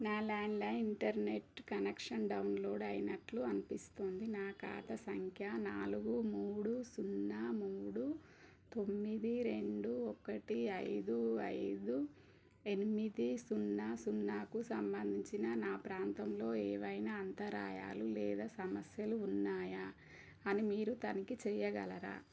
నా landline internet connection download అయినట్లు అనిపిస్తోంది నా ఖాతా సంఖ్య నాలుగు మూడు సున్నా మూడు తొమ్మిది రెండు ఒకటి ఐదు ఐదు ఎనిమిది సున్నా సున్నాకు సంబంధించిన నా ప్రాంతంలో ఏవైనా అంతరాయాలు లేదా సమస్యలు ఉన్నాయా అని మీరు తనిఖి చెయ్యగలరా